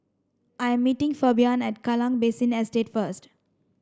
I'm meeting Fabian at Kallang Basin Estate first